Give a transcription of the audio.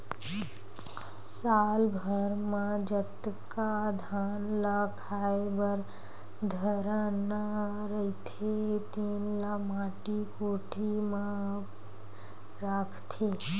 साल भर म जतका धान ल खाए बर धरना रहिथे तेन ल माटी कोठी म राखथे